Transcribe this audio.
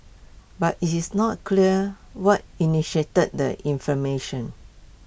but IT is not clear what initiated the inflammation